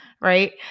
right